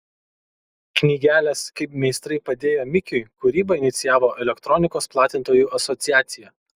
knygelės kaip meistrai padėjo mikiui kūrybą inicijavo elektronikos platintojų asociacija